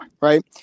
right